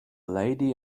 lady